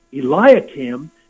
Eliakim